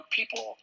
people